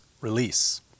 release